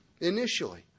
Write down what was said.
initially